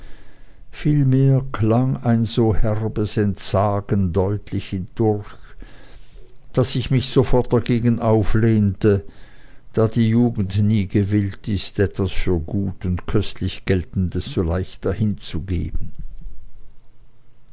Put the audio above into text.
vielmehr klang ein so herbes entsagen deutlich hindurch daß ich mich sofort dagegen auflehnte da die jugend nie gewillt ist etwas für gut und köstlich geltendes so leicht dahinzugeben